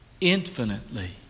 infinitely